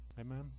Amen